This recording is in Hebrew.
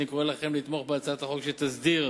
אני קורא לכם לתמוך בהצעת החוק שתסדיר